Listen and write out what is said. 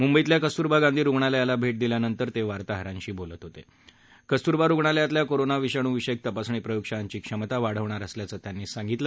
मुंबईतल्या कस्तुरबा गांधी रुग्णालयाला भट्ट दिल्यानंतर तक्विर्ताहरांशी बोलत होत क्रेस्तुरबा रुग्णालयातल्या कोरोना विषाणूविषयक तपासणी प्रयोगशाळधी क्षमता वाढविणार असल्याचं त्यांनी सांगितलं